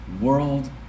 world